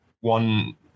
one